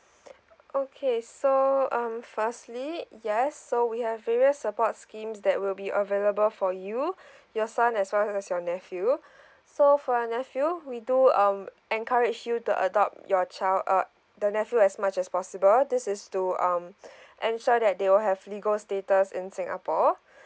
okay so um firstly yes so we have various support schemes that will be available for you your son as well as your nephew so for your nephew we do um encourage you to adopt your child uh the nephew as much as possible this is to um ensure that they will have legal status in singapore